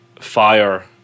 fire